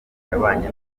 yabanye